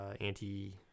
anti-